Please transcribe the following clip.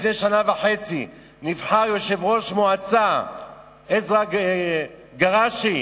לפני שנה וחצי נבחר יושב-ראש מועצה עזרא גרשי,